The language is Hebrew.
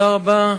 תודה רבה.